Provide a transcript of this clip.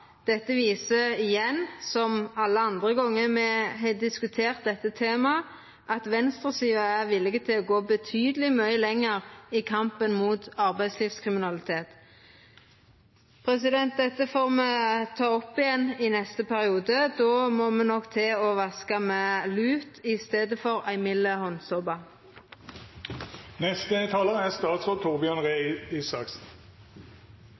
alle andre gongar me har diskutert dette temaet, at venstresida er villig til å gå betydeleg lenger i kampen mot arbeidslivskriminalitet. Dette får me ta opp igjen i neste periode. Då må me nok til å vaska med lut i staden for ei mild handsåpe. Regjeringen la i 2015 frem en strategi mot arbeidslivskriminalitet. Den er